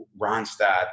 Ronstadt